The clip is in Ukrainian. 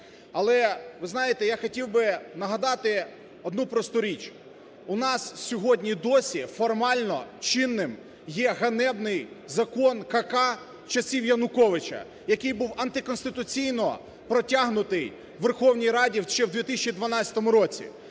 Але, ви знаєте, я хотів би нагадати одну просту річ: у нас сьогодні досі формально чинним є ганебний закон "КК" часів Януковича, який був антиконституційно протягнутий у Верховній Раді ще у 2012 році.